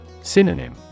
Synonym